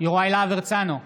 יוראי להב הרצנו,